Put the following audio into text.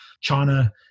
China